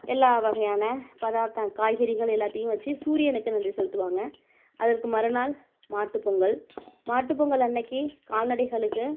எல்லா வகையான பதார்த்தம் காய்கறிகள் எல்லாத்தையும் வெச்சு சூரியனுக்கு நன்றி செலுத்துவாங்க அதற்கு மறுநாள் மாட்டு பொங்கல் மாட்டு பொங்கல் அன்னிக்கு கால்நடைகளுக்கு